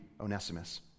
Onesimus